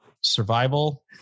survival